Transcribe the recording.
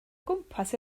gwmpas